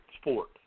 sport